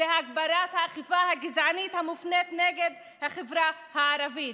זה הגברת האכיפה הגזענית המופנית נגד החברה הערבית.